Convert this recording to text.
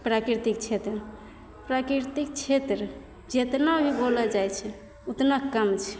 प्राकृतिक छेत्र प्राकृतिक छेत्र जेतना भी बोलल जाइत छै ओतना कम छै